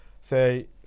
say